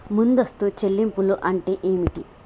ముందస్తు చెల్లింపులు అంటే ఏమిటి?